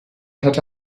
hatte